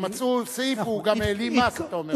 כשמצאו סעיף, הוא גם העלים מס, אתה אומר.